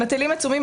הם מטילים עיצומים.